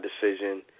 decision